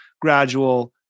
gradual